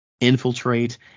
infiltrate